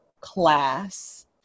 class